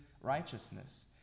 righteousness